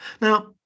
Now